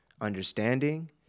understanding